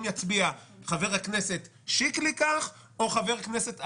יצביע חבר הכנסת שיקלי כך או חבר כנסת אחר,